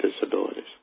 disabilities